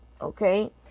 okay